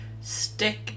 stick